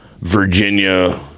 Virginia